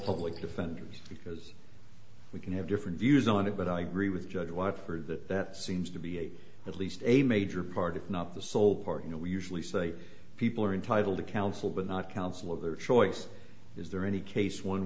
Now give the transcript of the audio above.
public defenders because we can have different views on it but i agree with judge what that seems to be a at least a major part of not the sole part you know we usually say people are entitled to counsel but not counsel of their choice is there any case one